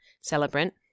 Celebrant